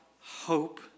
hope